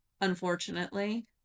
unfortunately